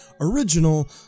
original